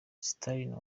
sterling